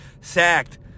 Sacked